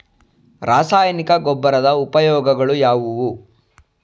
ರಾಸಾಯನಿಕ ಗೊಬ್ಬರದ ಉಪಯೋಗಗಳು ಯಾವುವು?